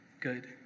good